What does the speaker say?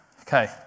Okay